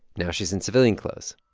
now she's in civilian clothes